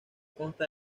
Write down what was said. consta